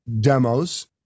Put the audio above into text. demos